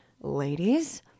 Ladies